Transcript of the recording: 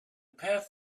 path